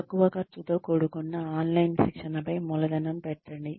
తక్కువ ఖర్చుతో కూడుకున్న ఆన్లైన్ శిక్షణ పై మూలదనం పెట్టండి